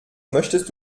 möchtest